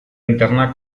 interna